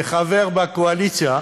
כחבר בקואליציה,